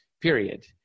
period